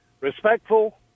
respectful